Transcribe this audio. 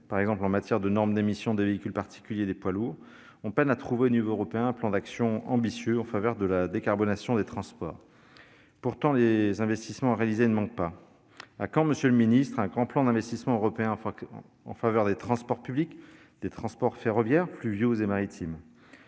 par exemple en matière de normes d'émissions des véhicules particuliers et des poids lourds, on peine à trouver au niveau européen un plan d'action ambitieux en faveur de la décarbonation des transports. Pourtant, les investissements réalisés ne manquent pas. À quand, monsieur le secrétaire d'État, un grand plan d'investissement européen en faveur des transports publics et des transports ferroviaires, fluviaux et maritimes ?